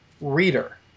reader